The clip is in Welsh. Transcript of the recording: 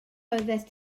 oeddet